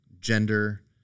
gender